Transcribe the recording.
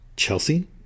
Chelsea